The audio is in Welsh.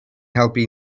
helpu